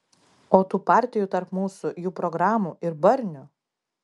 o tų partijų tarp mūsų jų programų ir barnių